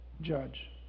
judge